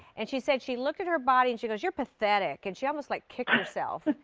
and she said she looked at her body and she goes you're pathetic and she almost like kicked herself.